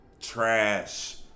trash